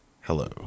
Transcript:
Hello